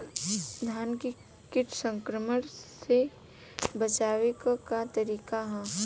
धान के कीट संक्रमण से बचावे क का तरीका ह?